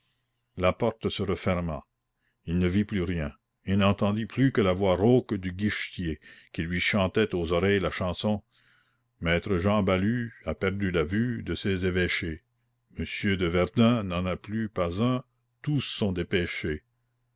la porte se referma il ne vit plus rien et n'entendit plus que la voix rauque du guichetier qui lui chantait aux oreilles la chanson maître jean balue a perdu la vue de ses évêchés monsieur de verdun n'en a plus pas un tous sont dépêchés